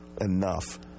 enough